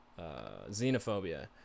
xenophobia